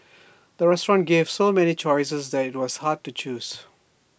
the restaurant gave so many choices that IT was hard to choose